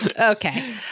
okay